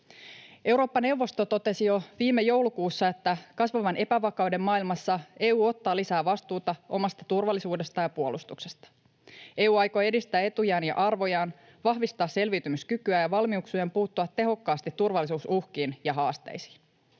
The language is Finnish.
Eurooppa-neuvosto totesi jo viime joulukuussa, että kasvavan epävakauden maailmassa EU ottaa lisää vastuuta omasta turvallisuudestaan ja puolustuksesta. EU aikoo edistää etujaan ja arvojaan, vahvistaa selviytymiskykyään ja valmiuksiaan puuttua tehokkaasti turvallisuusuhkiin ja -haasteisiin.